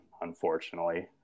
unfortunately